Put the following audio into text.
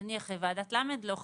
נניח, ועדת למ"ד לא חל?